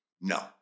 No